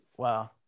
Wow